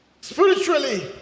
Spiritually